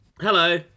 hello